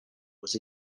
was